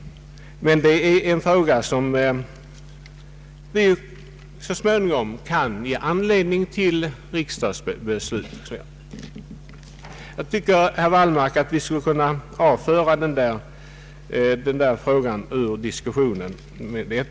Detta är en fråga som så småningom kan ge anledning till riksdagsbeslut. Jag tycker, herr Wallmark, att vi med det skulle kunna avföra den här saken ur diskussionen.